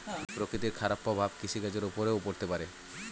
প্রকৃতির খারাপ প্রভাব কৃষিকাজের উপরেও পড়তে পারে